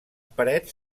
parets